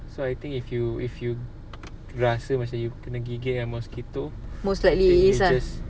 so I think if you if you rasa macam you kena gigit dengan mosquito I think you just